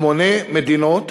שמונה מדינות